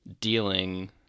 dealing